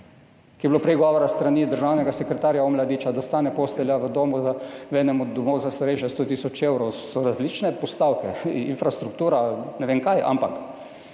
ker je bilo prej govora s strani državnega sekretarja Omladiča, da stane postelja v enem od domov za starejše 100 tisoč evrov. So različne postavke, infrastruktura, ne vem kaj, ampak